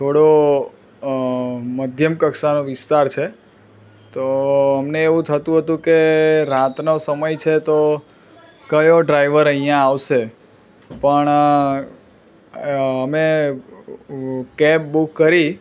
થોડો મધ્યમ કક્ષાનો વિસ્તાર છે તો અમને એવું થતું હતું કે રાતનો સમય છે તો કયો ડ્રાઈવર અહીંયા આવશે પણ અમે કેબ બુક કરી